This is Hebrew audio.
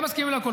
הם מסכימים לכול.